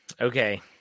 okay